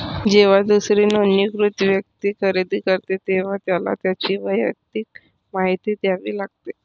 जेव्हा दुसरी नोंदणीकृत व्यक्ती खरेदी करते, तेव्हा त्याला त्याची वैयक्तिक माहिती द्यावी लागते